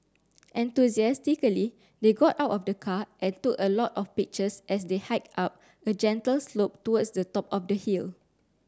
enthusiastically they got out of the car and took a lot of pictures as they hiked up a gentle slope towards the top of the hill